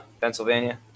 Pennsylvania